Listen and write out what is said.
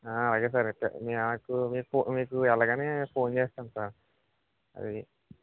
అలాగే సార్ అయితే నాకు మీకు మీకు ఎలాగైనా ఫోన్ చేస్తాను సార్ అది